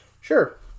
Sure